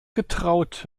getraut